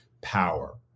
power